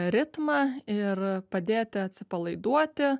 ritmą ir padėti atsipalaiduoti